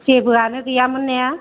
जेबोआनो गैयामोन ने